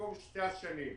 במקום שנתיים.